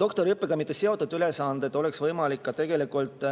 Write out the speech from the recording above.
Doktoriõppega mitte seotud ülesanded oleks võimalik ka tegelikult